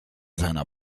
seiner